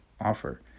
offer